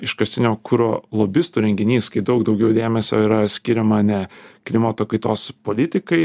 iškastinio kuro lobistų renginys kai daug daugiau dėmesio yra skiriama ne klimato kaitos politikai